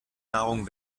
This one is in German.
nahrung